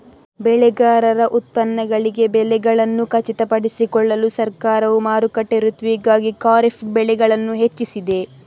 ಬೆಳೆಗಾರರ ಉತ್ಪನ್ನಗಳಿಗೆ ಬೆಲೆಗಳನ್ನು ಖಚಿತಪಡಿಸಿಕೊಳ್ಳಲು ಸರ್ಕಾರವು ಮಾರುಕಟ್ಟೆ ಋತುವಿಗಾಗಿ ಖಾರಿಫ್ ಬೆಳೆಗಳನ್ನು ಹೆಚ್ಚಿಸಿದೆ